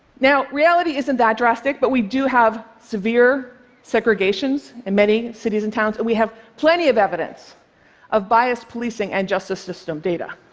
now, reality isn't that drastic, but we do have severe segregations in many cities and towns, and but we have plenty of evidence of biased policing and justice system data.